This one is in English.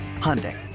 Hyundai